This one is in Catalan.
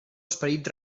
esperit